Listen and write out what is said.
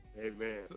Amen